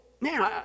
man